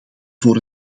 voor